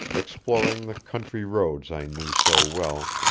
exploring the country roads i knew so well,